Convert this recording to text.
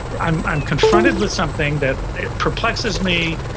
i'm i'm confronted with something that perplexes me.